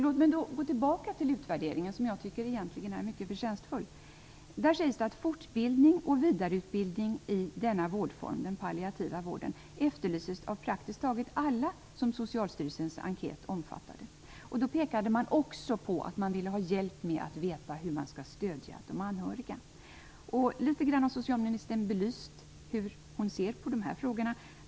Låt mig då gå tillbaka till utvärderingen, som jag tycker egentligen är mycket förtjänstfull. Där sägs det att fortbildning och vidareutbildning i denna vårdform, alltså den palliativa vården, efterlystes av praktiskt taget alla som Socialstyrelsens enkät omfattade. Då pekade man också på att man ville ha hjälp med att veta hur man skall stödja de anhöriga. Socialministern har belyst litet grand hur hon ser på dessa frågor.